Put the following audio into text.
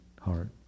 heart